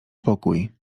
pokój